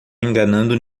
enganando